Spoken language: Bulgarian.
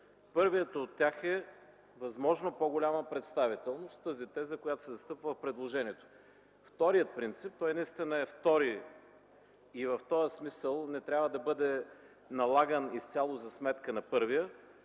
Първият от тях е: възможно по-голяма представителност. Тази теза, която се застъпва в предложението. Вторият принцип, а той наистина е втори, и в този смисъл не трябва да бъде налаган изцяло за сметка на първия,